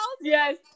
yes